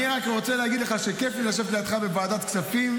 אני רק רוצה להגיד לך שכיף לי לשבת לידך בוועדת הכספים.